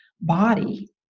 body